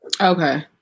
Okay